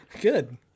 Good